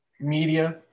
media